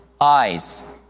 Eyes